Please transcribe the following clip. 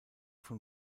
von